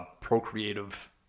procreative